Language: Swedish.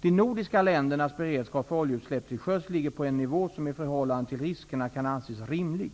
De nordiska ländernas beredskap för oljeutsläpp till sjöss ligger på en nivå som i förhållande till riskerna kan anses rimlig.